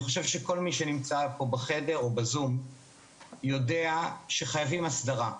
אני חושב שכל מי שנמצא פה בחדר או בזום יודע שחייבים הסדרה,